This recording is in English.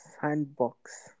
sandbox